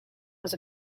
was